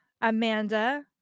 Amanda